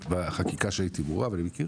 ובחקיקה שהייתי מעורב אני מכיר,